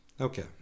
Okay